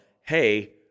hey